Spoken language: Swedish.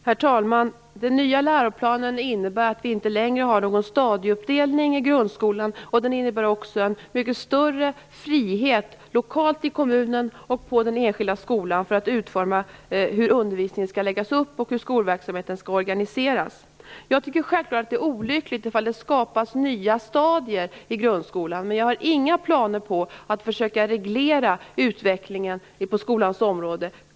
Herr talman! Den nya läroplanen innebär att det inte längre är någon stadieuppdelning i grundskolan, och den innebär också en mycket större frihet lokalt i kommunen och på den enskilda skolan att utforma hur undervisningen skall läggas upp och hur skolverksamheten skall organiseras. Det är självklart olyckligt om det skapas nya stadier i grundskolan, men jag har inga planer på att försöka reglera utvecklingen på skolans område.